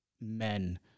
men